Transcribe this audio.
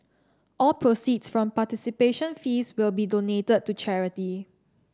all proceeds from participation fees will be donated to charity